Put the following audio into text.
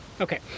Okay